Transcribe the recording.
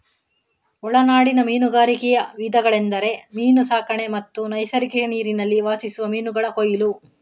ಒಳನಾಡಿನ ಮೀನುಗಾರಿಕೆಯ ವಿಧಗಳೆಂದರೆ ಮೀನು ಸಾಕಣೆ ಮತ್ತು ನೈಸರ್ಗಿಕ ನೀರಿನಲ್ಲಿ ವಾಸಿಸುವ ಮೀನುಗಳ ಕೊಯ್ಲು